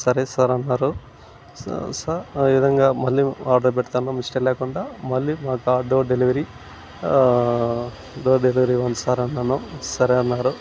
సరే సర్ అన్నారు sir sir ఈవిధంగా మళ్ళీ ఆర్డర్ పెడతాను మిస్టేక్ లేకుండా మళ్ళీ మా డోర్ డెలివరి డోర్ డెలివరీ ఇవ్వండి సర్ అన్నాను సరే అన్నారు